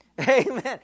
Amen